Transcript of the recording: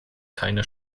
keine